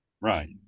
Right